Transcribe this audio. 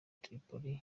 tripoli